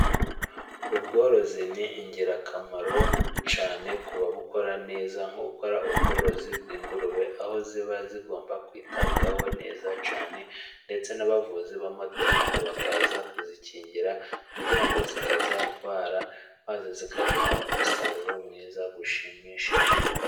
Ubworozi ni ingirakamaro cyane ku babukora neza, nko korora ubworozi bw'ingurube aho ziba zigomba kwitabwaho neza cyane, ndetse n'abavuzi b'amatungo bakaza kuzikingira, kugira ngo zitazarwara, maze zikaduha umusaruro mwiza ushimishije.